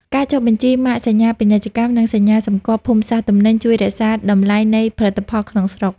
ការចុះបញ្ជីម៉ាកសញ្ញាពាណិជ្ជកម្ម និងសញ្ញាសម្គាល់ភូមិសាស្ត្រទំនិញ ជួយរក្សាតម្លៃនៃផលិតផលក្នុងស្រុក។